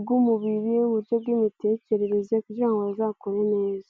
bw'umubiri muke bw'imitekerereze kugira ngo bazakore neza.